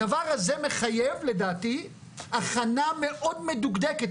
הדבר הזה מחייב לדעתי הכנה מאוד מדוקדקת.